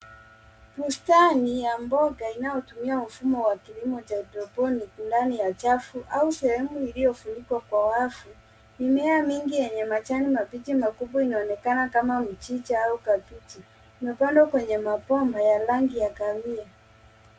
Bustani ya mboga inayotumika mfumo wa kilimo haidroponiki ndani ya chafu au sehwmu ilyofunikwa kwa wavu. Mimea mingi yenye majani mabichi makubwa inaonekana kama mchicha au kabeji imepandwa kwenye mabomba ya rangi ya kahawia.